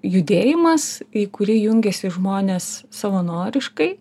judėjimas į kurį jungiasi žmonės savanoriškai